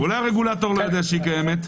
אולי הרגולטור לא יודע שהיא קיימת?